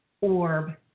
orb